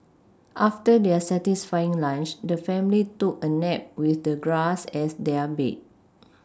after their satisfying lunch the family took a nap with the grass as their bed